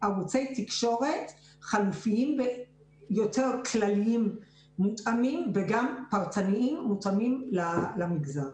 ערוצי תקשורת חלופיים ויותר כלליים וגם פרטניים שמותאמים למגזר.